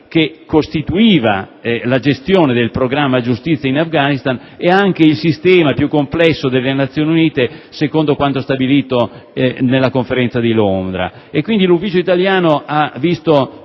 che costituiva la gestione del programma di giustizia in Afghanistan, e il sistema più complesso delle Nazioni Unite, secondo quanto stabilito nella Conferenza di Londra. Pertanto, l'Ufficio italiano giustizia